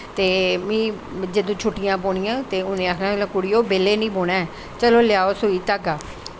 में असेंगी जिसलै छुट्टियां पौंनियां ते उ'नें आखना बेल्लै नि बौह्ना ऐ चलो लेआओ सुई धागा